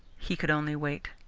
he could only wait.